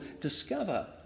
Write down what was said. discover